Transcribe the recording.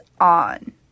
on